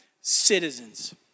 citizens